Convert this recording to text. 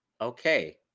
okay